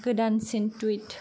गोदानसिन टुइट